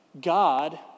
God